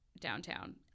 downtown